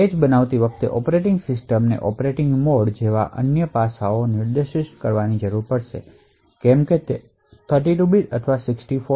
page બનાવતી વખતે operating system ને ઑપરેટિંગ મોડ તે 32 બીટ અથવા 64 બિટ્સ છે તેના જેવા અન્ય પાસાઓને નિર્દિષ્ટ કરવાની જરૂર રહેશે